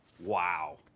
Wow